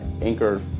Anchor